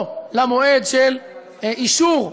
או למועד של אישור,